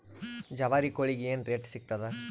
ಜವಾರಿ ಕೋಳಿಗಿ ಏನ್ ರೇಟ್ ಸಿಗ್ತದ?